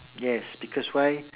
yes because why